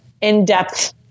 in-depth